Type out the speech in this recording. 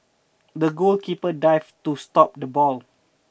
the goalkeeper dived to stop the ball